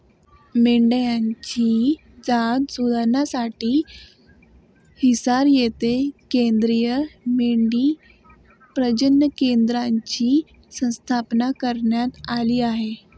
मेंढ्यांची जात सुधारण्यासाठी हिसार येथे केंद्रीय मेंढी प्रजनन केंद्राची स्थापना करण्यात आली आहे